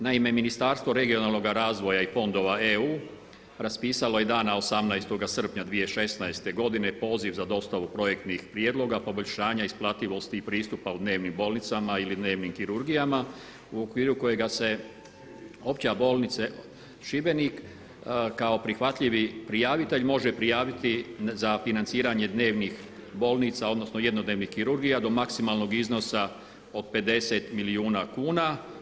Naime, Ministarstvo regionalnoga razvoja i fondova EU raspisalo je dana 18. srpnja 2016. godine poziv za dostavu projektnih prijedloga poboljšanja isplativosti i pristupa u dnevnim bolnicama ili dnevnim kirurgijama u okviru kojega se Opća bolnica Šibenik kao prihvatljivi prijavitelj može prijaviti za financiranje dnevnih bolnica odnosno jednodnevnih kirurgija do maksimalnog iznosa od 50 milijuna kuna.